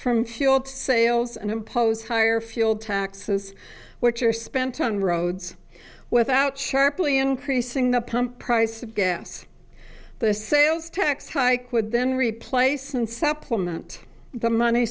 from sales and impose higher fuel taxes which are spent on roads without sharply increasing the pump price of gas the sales tax hike with then replace and supplement the money